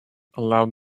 aloud